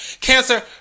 cancer